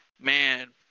man